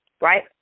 right